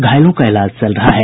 घायलों का इलाज में चल रहा है